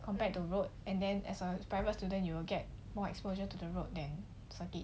compared to road and then as a private student you will get more exposure to the road them circuit